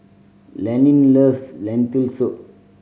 Levin loves Lentil Soup